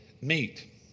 meet